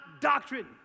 doctrine